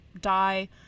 die